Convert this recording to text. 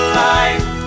life